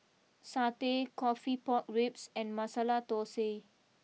Satay Coffee Pork Ribs and Masala Thosai